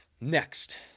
Next